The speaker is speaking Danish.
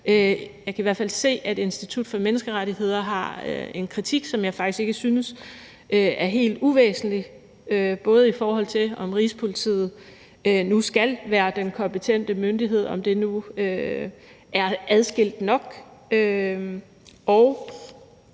Jeg kan i hvert fald se, at Institut for Menneskerettigheder har en kritik, som jeg faktisk ikke synes er helt uvæsentlig, både i forhold til om Rigspolitiet nu skal være den kompetente myndighed, og om det nu er adskilt nok,